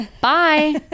Bye